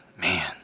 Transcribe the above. Man